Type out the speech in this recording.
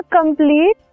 complete